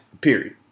Period